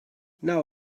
now